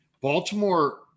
Baltimore